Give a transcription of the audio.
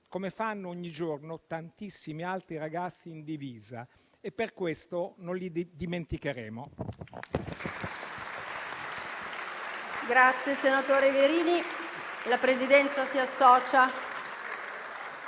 come fanno ogni giorno tantissimi altri ragazzi in divisa e per questo non li dimenticheremo.